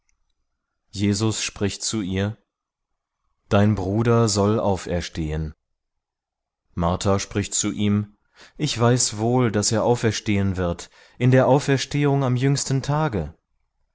jesus spricht zu ihr dein bruder soll auferstehen martha spricht zu ihm ich weiß wohl daß er auferstehen wird in der auferstehung am jüngsten tage